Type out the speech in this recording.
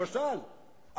למשל,